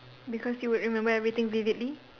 because you would remember everything vividly